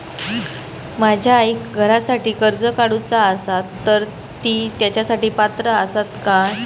माझ्या आईक घरासाठी कर्ज काढूचा असा तर ती तेच्यासाठी पात्र असात काय?